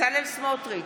בצלאל סמוטריץ'